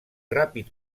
ràpid